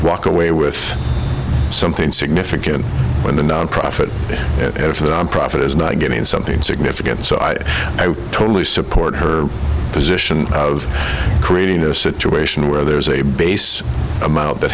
walk away with something significant in the nonprofit or for profit is not getting something significant so i totally support her position of creating a situation where there is a base amount that